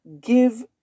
give